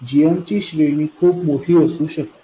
gm ची श्रेणी खूप मोठी असू शकते